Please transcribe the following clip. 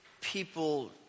people